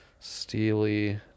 Steely